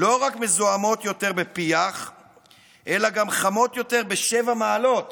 לא רק מזוהמות יותר בפיח אלא גם חמות יותר בשבע מעלות